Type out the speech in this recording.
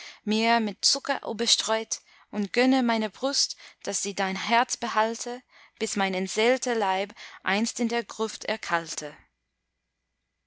mir mit zucker überstreut und gönne meiner brust daß sie dein herz behalte bis mein entseelter leib einst in der gruft erkalte